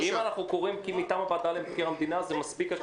אם אנחנו קוראים מטעם המדינה למבקר המדינה זה מספיק?